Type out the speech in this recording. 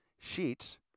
sheets